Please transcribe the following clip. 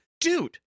dude